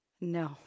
No